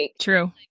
True